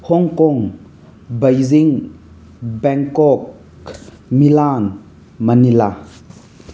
Hong Kong Beijing Bangkok Milan Manila